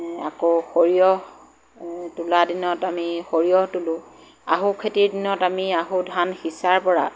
আকৌ সৰিয়হ তোলা দিনত আমি সৰিয়হ তোলো আহু খেতিৰ দিনত আমি আহুধান সিঁচাৰ পৰা